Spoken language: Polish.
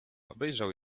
obejrzał